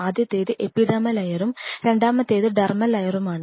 ആദ്യത്തേത് എപ്പിഡെർമൽ ലയറും രണ്ടാമത്തേത് ഡെർമൽ ലയറുമാണ്